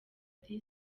ati